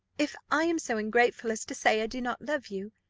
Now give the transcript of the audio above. if i am so ungrateful as to say i do not love you?